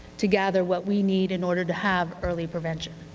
to gather what we need in order to have early intervention?